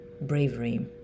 bravery